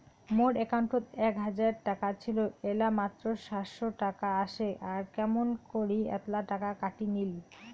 মোর একাউন্টত এক হাজার টাকা ছিল এলা মাত্র সাতশত টাকা আসে আর কেমন করি এতলা টাকা কাটি নিল?